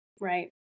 right